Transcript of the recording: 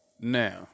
Now